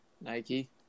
Nike